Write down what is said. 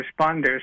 responders